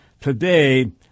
Today